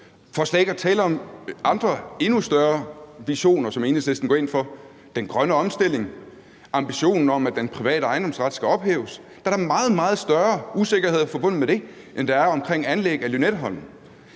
for slet ikke at tale om andre og endnu større visioner, som Enhedslisten har: den grønne omstilling og ambitionen om, at den private ejendomsret skal ophæves. Der er da meget, meget større usikkerheder forbundet med det, end der er ved anlæg af Lynetteholm.